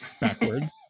backwards